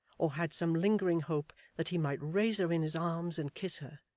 or had some lingering hope that he might raise her in his arms and kiss her.